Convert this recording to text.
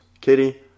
Kitty